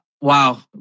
wow